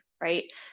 Right